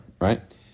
Right